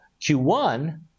Q1